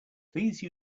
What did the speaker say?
please